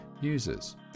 users